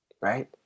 Right